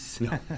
No